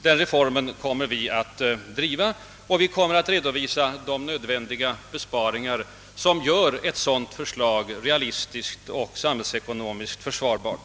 Den reformen kommer vi att arbeta för, och vi kommer att redovisa de besparingar som gör ett sådant förslag realistiskt och samhällsekonomiskt försvarbart.